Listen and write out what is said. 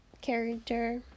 character